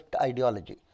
ideology